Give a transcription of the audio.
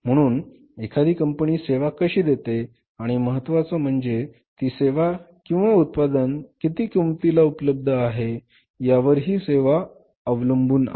म्हणून एखादी कंपनी सेवा कशी देते आणि महत्त्वाचं म्हणजे ती सेवा किंवा उत्पादन किती किंमतीला उपलब्ध आहे यावर ही सेवा अवलंबून आहे